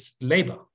labor